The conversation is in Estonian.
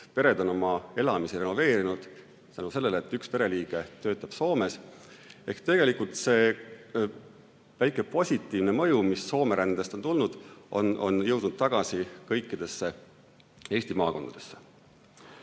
pered oma elamise ära renoveerinud tänu sellele, et üks pereliige töötab Soomes. Ehk tegelikult see väike positiivne mõju, mis Soome-rändest on tulnud, on jõudnud tagasi kõikidesse Eesti maakondadesse.